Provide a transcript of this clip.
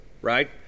Right